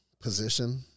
position